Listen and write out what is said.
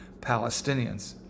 Palestinians